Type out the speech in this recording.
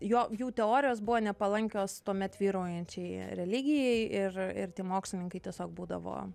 jo jų teorijos buvo nepalankios tuomet vyraujančiai religijai ir ir tie mokslininkai tiesiog būdavo